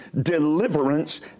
deliverance